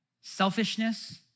selfishness